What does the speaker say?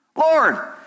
Lord